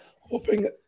Hoping